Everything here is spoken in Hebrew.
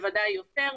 בוודאי יותר.